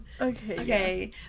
Okay